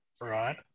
Right